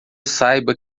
saiba